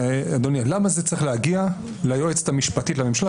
שאלה אדוני למה זה צריך להגיע ליועצת המשפטית לממשלה?